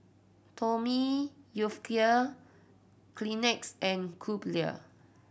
Tommy Hilfiger Kleenex and Crumpler